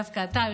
שדווקא אתה,